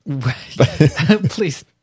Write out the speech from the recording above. Please